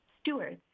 stewards